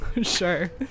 sure